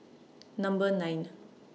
Number nine